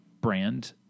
brand